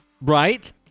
Right